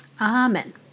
Amen